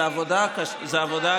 אלקין, זה עבודה קשה,